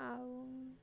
ଆଉ